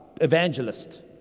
evangelist